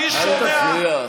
אל תפריע.